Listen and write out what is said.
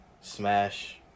smash